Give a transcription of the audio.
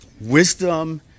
Wisdom